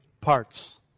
parts